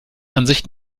ansicht